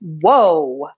whoa